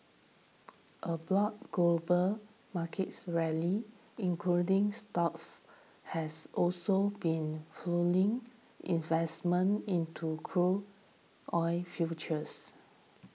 a broad global market rally including stocks has also been fuelling investment into crude oil futures